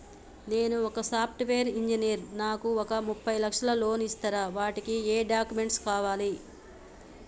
నేను ఒక software engineer నాకు ఒక ముప్పై లక్షల లోన్ ఇస్తరా? వాటికి ఏం డాక్యుమెంట్స్ కావాలి?